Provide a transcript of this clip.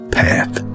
path